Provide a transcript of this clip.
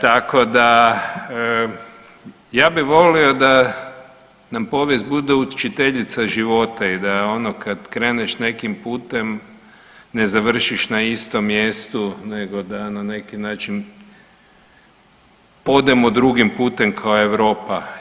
Tako da ja bih volio da nam povijest bude učiteljica života i da je ono kad kreneš nekim putem ne završiš n a istom mjestu nego da na neki način odemo drugim putem kao Europa.